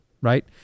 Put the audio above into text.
right